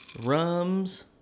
rums